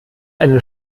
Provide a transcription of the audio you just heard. einen